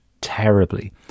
terribly